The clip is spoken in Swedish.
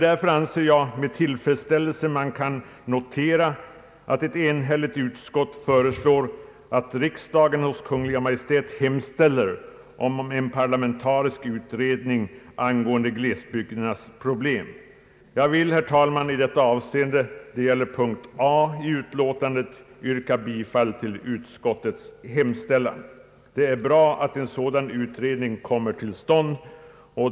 Därför anser jag att man med tillfredsställelse kan notera att ett enigt utskott föreslår riksdagen att i skrivelse till Kungl. Maj:t hemställa om en parlamentarisk utredning angående glesbygdernas problem. Jag vill, herr talman, i detta avseende — det gäller punkt A i utlåtandet — yrka bifall till utskottets hemställan. Det är bra att en utredning kommer till stånd.